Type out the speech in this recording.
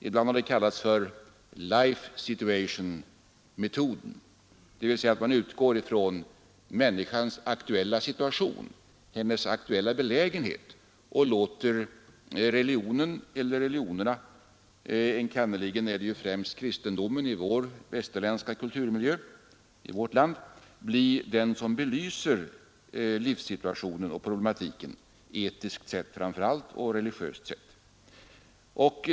Ibland har det kallats för ”life situation-metoden”, dvs. att man utgår ifrån människans aktuella situation, hennes aktuella belägenhet, och låter religionen eller religionerna — främst är det ju kristendomen i vår västerländska kulturmiljö — belysa livssituationen och problematiken etiskt sett, framför allt, och religiöst sett.